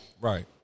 Right